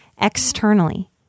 externally